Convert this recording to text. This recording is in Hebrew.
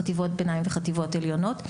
חטיבות ביניים וחטיבות עליונות.